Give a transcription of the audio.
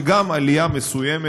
וגם עלייה מסוימת,